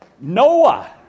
Noah